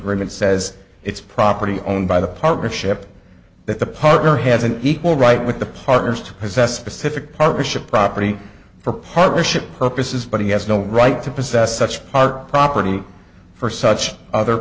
nt says it's property owned by the partnership that the partner has an equal right with the partners to possess specific partnership property for partnership purposes but he has no right to possess such park property for such other